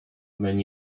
when